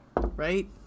Right